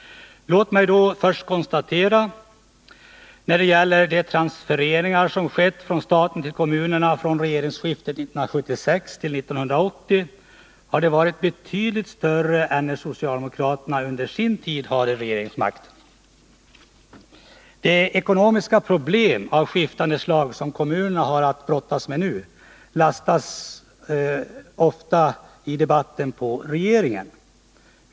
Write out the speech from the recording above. Låt mig då först konstatera att de transfereringar som skett från staten till kommunerna sedan regeringsskiftet 1976 fram till 1980 har varit betydligt större än transfereringarna var under den tid socialdemokraterna hade regeringsmakten. De ekonomiska problem av skiftande slag som kommunerna har att brottas med lastas i debatten ofta på regeringen.